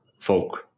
folk